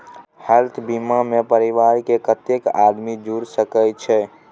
Health बीमा मे परिवार के कत्ते आदमी जुर सके छै?